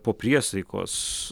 po priesaikos